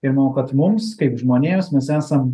ir manau kad mums kaip žmonėms mes esam